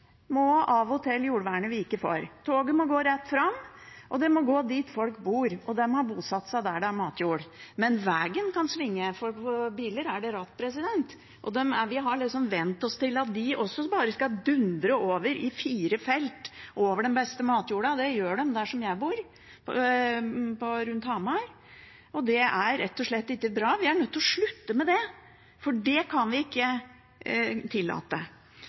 må av og til jordvernet vike for. Toget må gå rett fram, det må gå dit folk bor, og de har bosatt seg der det er matjord. Men vegen kan svinge, for på biler er det ratt. Vi har vent oss til at de også bare skal dundre over i fire felt, over den beste matjorda. Det gjør de der jeg bor, rundt Hamar, og det er rett og slett ikke bra. Vi er nødt til å slutte med det, for det kan vi ikke tillate.